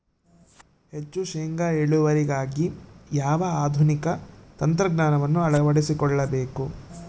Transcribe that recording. ಹೆಚ್ಚು ಶೇಂಗಾ ಇಳುವರಿಗಾಗಿ ಯಾವ ಆಧುನಿಕ ತಂತ್ರಜ್ಞಾನವನ್ನು ಅಳವಡಿಸಿಕೊಳ್ಳಬೇಕು?